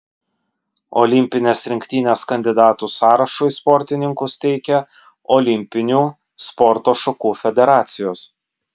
olimpinės rinktinės kandidatų sąrašui sportininkus teikia olimpinių sporto šakų federacijos